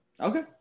Okay